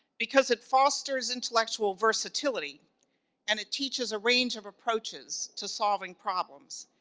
because it fosters intellectual versatility and it teaches a range of approaches to solving problems.